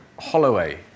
holloway